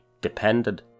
depended